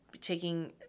taking